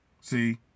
See